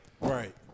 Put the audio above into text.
Right